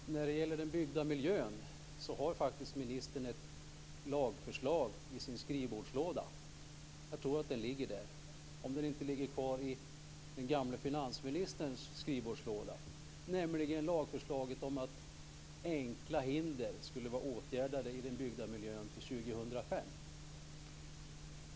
Fru talman! När det gäller den byggda miljön har faktiskt ministern ett lagförslag i sin skrivbordslåda. Jag tror att det ligger där, om det inte ligger kvar i den förre finansministerns skrivbordslåda, nämligen lagförslaget om att enkla hinder skall vara åtgärdade i den byggda miljön till 2005.